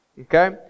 okay